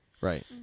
Right